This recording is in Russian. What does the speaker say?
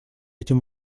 этим